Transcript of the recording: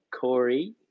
Corey